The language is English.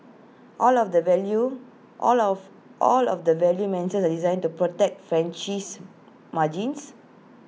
all of the value all of all of the value are designed to protect franchisee margins